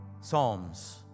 Psalms